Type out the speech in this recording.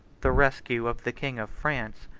the rescue of the king of france,